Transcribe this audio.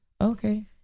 Okay